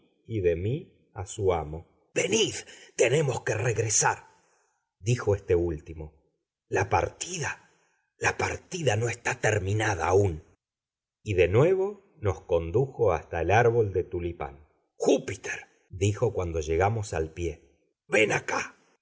y de mí a su amo venid tenemos que regresar dijo éste último la partida no está terminada aún y de nuevo nos condujo hasta el árbol de tulipán júpiter dijo cuando llegamos al pie ven acá